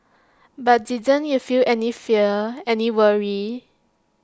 but didn't if you any fear any worry